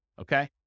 Okay